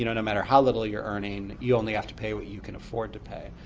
you know no matter how little you're earning, you only have to pay what you can afford to pay.